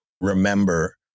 remember